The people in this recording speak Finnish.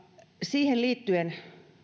siihen liittyen